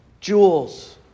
jewels